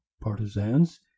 partisans